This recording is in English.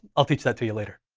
i'll teach that to you later.